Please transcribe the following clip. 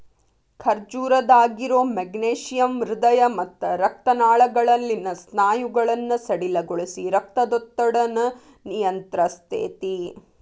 ಖರ್ಜೂರದಾಗಿರೋ magnesium ಹೃದಯ ಮತ್ತ ರಕ್ತನಾಳಗಳಲ್ಲಿನ ಸ್ನಾಯುಗಳನ್ನ ಸಡಿಲಗೊಳಿಸಿ, ರಕ್ತದೊತ್ತಡನ ನಿಯಂತ್ರಸ್ತೆತಿ